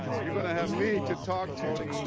you'll and have me to talk to.